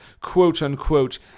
quote-unquote